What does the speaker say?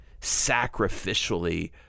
sacrificially